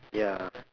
ya